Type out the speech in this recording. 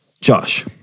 Josh